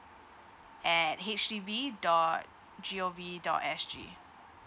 at H D B dot G O V dot S G